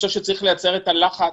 להפעיל לחץ,